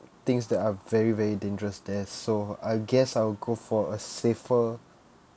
things that are very very dangerous there so I guess I'll go for a safer